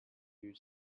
you